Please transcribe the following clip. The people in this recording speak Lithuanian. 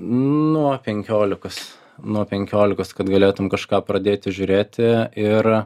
nuo penkiolikos nuo penkiolikos kad galėtum kažką pradėti žiūrėti ir